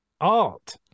art